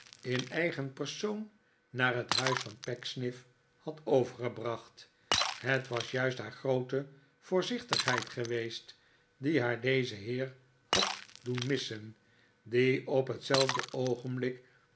in eigen persoon naar het huis van pecksniff had overgebracht het was juist haar groote voorzichtigheid geweest die haar dezen heer had doen missen die op hetzelfde oogenblik